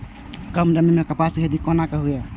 कम नमी मैं कपास के खेती कोना हुऐ?